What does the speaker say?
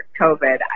COVID